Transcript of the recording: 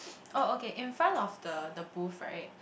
oh okay in front of the the booth right